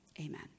Amen